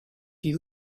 you